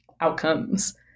outcomes